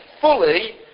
fully